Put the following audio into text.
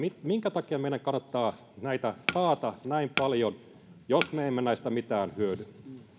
minkä takia meidän kannattaa näitä taata näin paljon jos me emme näistä mitään hyödy